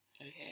Okay